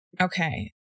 Okay